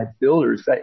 builders